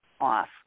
off